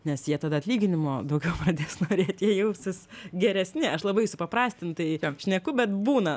nes jie tada atlyginimo daugiau pradės norėt jie jaustis geresni aš labai supaprastintai šneku bet būna